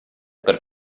per